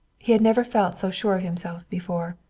he had never felt so sure of himself before.